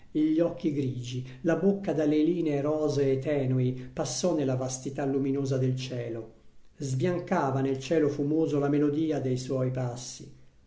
gli occhi grigi la bocca dalle linee rosee tenui passò nella vastità luminosa del cielo sbiancava nel cielo fumoso la melodia dei suoi passi